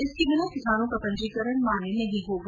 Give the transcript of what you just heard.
इसके बिना किसानों का पंजीकरण मान्य नहीं होगा